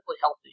healthy